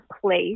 place